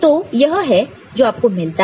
तो यह है जो आपको मिलता है